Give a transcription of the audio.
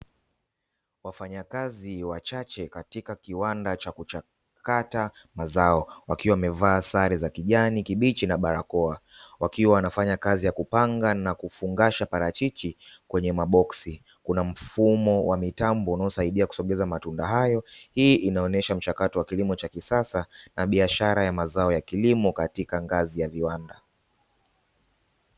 Wafanyakazi wachache katika kiwanda cha kuchakata mazao wakiwa wamevaa sare za kijani kibichi na barakoa wakiwa wanafanya kazi ya kupanga na kufungasha parachichi kwenye maboksi, kuna mfumo wa mitambo unaosaidia kusogeza matunda hayo. Hii inaonesha mchakato wa kilimo cha kisasa na biashara ya mazao ya kilimo katika ngazi ya viwanda.